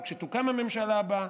או כשתוקם הממשלה הבאה: